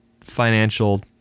financial